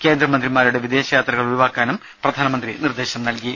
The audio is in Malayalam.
കേന്ദ്രമന്ത്രിമാരുടെ വിദേശ യാത്രകൾ ഒഴിവാക്കാനും പ്രധാനമന്ത്രി നിർദ്ദേശം നൽകി